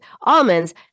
almonds